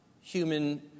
human